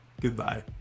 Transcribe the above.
goodbye